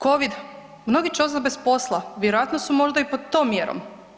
Covid, mnogi će ostati bez posla, vjerojatno su možda i pod tom mjerom.